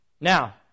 Now